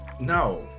no